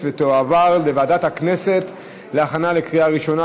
ותועבר לוועדת הכנסת להכנה לקריאה ראשונה,